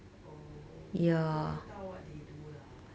oh 我不知道 what they do lah